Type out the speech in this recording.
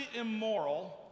immoral